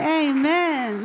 amen